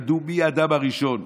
הם ידעו מי האדם הראשון.